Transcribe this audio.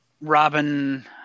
Robin